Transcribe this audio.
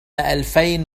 ألفين